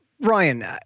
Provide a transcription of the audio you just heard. ryan